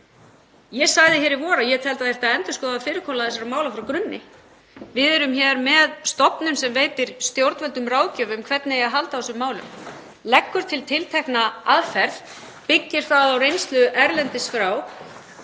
Ég sagði hér í vor að ég teldi að endurskoða þyrfti fyrirkomulag þessara mála frá grunni. Við erum hér með stofnun sem veitir stjórnvöldum ráðgjöf um hvernig halda eigi á þessum málum, leggur til tiltekna aðferð, byggir það á reynslu erlendis frá.